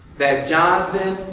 that jonathan